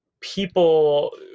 people